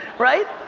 right?